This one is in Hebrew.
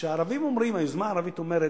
כשהערבים אומרים, היוזמה הערבית אומרת: